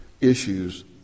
issues